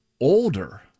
older